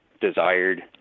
desired